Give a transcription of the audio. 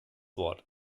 wort